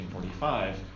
1945